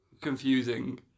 confusing